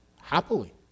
happily